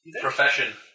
Profession